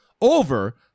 over